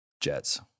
jets